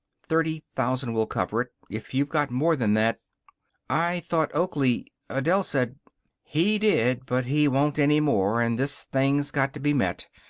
thirty thousand will cover it. if you've got more than that i thought oakley adele said he did, but he won't any more, and this thing's got to be met.